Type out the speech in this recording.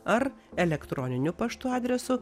ar elektroniniu paštu adresu